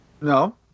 no